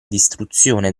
distruzione